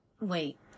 wait